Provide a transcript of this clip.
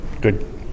good